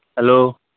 hello